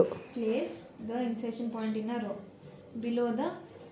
ಮೆಕ್ಕೆಜೋಳವನ್ನು ಬಿತ್ತಲು ಬಳಸುವ ಉತ್ತಮ ಬಿತ್ತುವ ಮಷೇನ್ ಯಾವುದು?